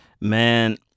Man